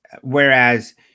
Whereas